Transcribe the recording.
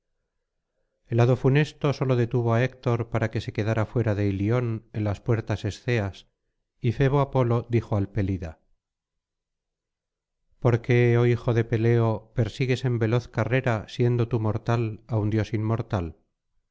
hado funesto sólo detuvo á héctor para que se quedara fuera de ilion en las puertas esceas y febo apolo dijo al pe por qué oh hijo de peleo persigues en veloz carrera siendo tii mortal á un dios inmortal